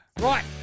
Right